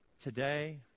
Today